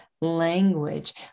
language